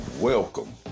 welcome